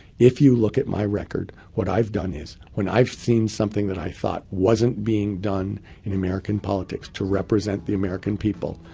if you look at my record what i've done is, when i've seen something that i thought wasn't being done in american politics to represent the american people,